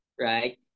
right